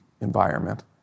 environment